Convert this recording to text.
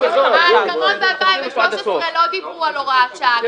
ההסכמות ב-2013 לא דיברו על הוראת שעה,